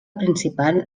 principal